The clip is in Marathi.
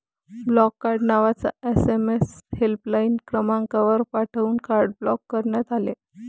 ब्लॉक कार्ड नावाचा एस.एम.एस हेल्पलाइन क्रमांकावर पाठवून कार्ड ब्लॉक करण्यात आले